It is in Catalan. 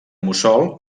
mussol